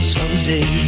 Someday